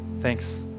Thanks